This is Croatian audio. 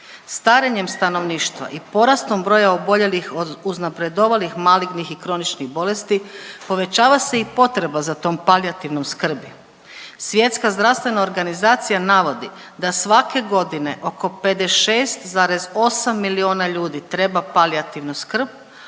Starenjem stanovništva i porastom broja oboljelih od uznapredovalih malignih i kroničnih bolesti povećava se i potreba za tom palijativnom skrbi. Svjetska zdravstvena organizacija navodi da svake godine oko 56,8 milijuna ljudi treba palijativnu skrb,